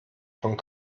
von